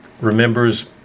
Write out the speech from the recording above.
remembers